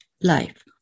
life